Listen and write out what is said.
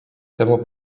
temu